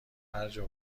هرجا